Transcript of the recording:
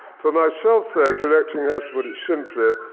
for myself, though, collecting has, to put it simply,